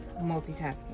multitasking